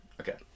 Okay